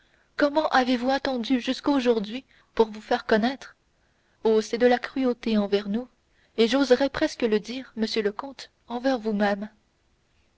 comment avez-vous attendu jusqu'aujourd'hui pour vous faire connaître oh c'est de la cruauté envers nous et j'oserai presque le dire monsieur le comte envers vous-même